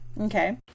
Okay